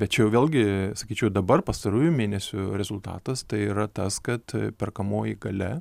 bet čia jau vėlgi sakyčiau dabar pastarųjų mėnesių rezultatas tai yra tas kad perkamoji galia